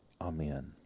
amen